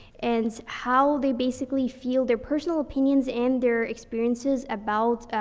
and how they basically feel their personal opinions and their experiences about,